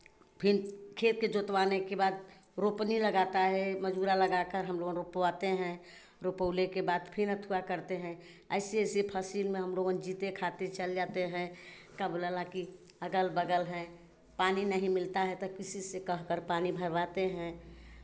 फिर खेत के जोतवाने के बाद रोपनी लगाता है मजूरा लगाकर हम वहाँ रोपवाते हैं रोपउले के बाद फिर अथुवा करते हैं ऐसे ऐसे फसल में हमलोगन जीते खाते चल जाते हैं का बोलेला कि अगल बगल हैं पानी नहीं मिलता है तो किसी से कहकर पानी भरवाते हैं